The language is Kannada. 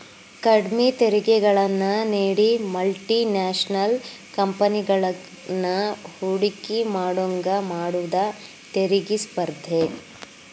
ಕಡ್ಮಿ ತೆರಿಗೆಗಳನ್ನ ನೇಡಿ ಮಲ್ಟಿ ನ್ಯಾಷನಲ್ ಕಂಪೆನಿಗಳನ್ನ ಹೂಡಕಿ ಮಾಡೋಂಗ ಮಾಡುದ ತೆರಿಗಿ ಸ್ಪರ್ಧೆ